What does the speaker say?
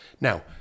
Now